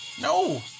No